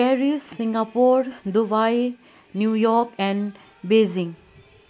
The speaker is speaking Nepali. Paris Singapore Dubai New York and Beijing